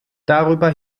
darüber